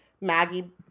Maggie